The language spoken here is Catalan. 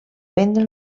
prendre